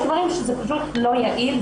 יש דברים שזה פשוט לא יעיל,